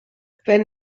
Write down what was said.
wenn